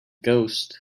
ghost